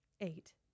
eight